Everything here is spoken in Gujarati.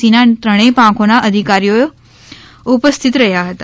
સીની ત્રણેય પાંખોના અધિકારીઓ ઉપસ્થિત રહ્યા હતા